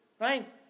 right